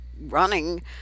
running